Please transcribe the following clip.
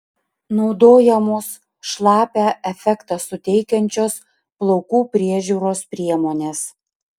naudojamos šlapią efektą suteikiančios plaukų priežiūros priemonės